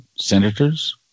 senators